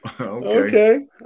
Okay